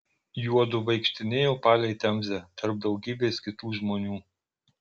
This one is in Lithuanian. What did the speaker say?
juodu vaikštinėjo palei temzę tarp daugybės kitų žmonių